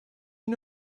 you